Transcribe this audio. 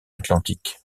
atlantique